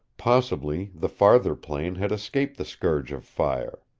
possibly the farther plain had escaped the scourge of fire.